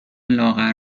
لاغر